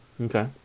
Okay